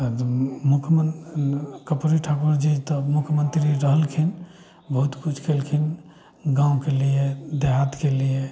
मुख्य कर्पूरी ठाकुर जी तऽ मुख्यमन्त्री रहलखिन बहुत कुछ कयलखिन गाँवके लिए देहातके लिए